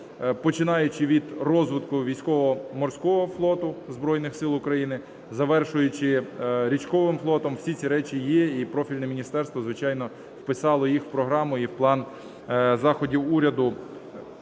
починаючи від розвитку військово-морського флоту Збройних Сил України, завершуючи річковим флотом, всі ці речі є, і профільне міністерство, звичайно, вписало їх в програму і в план заходів уряду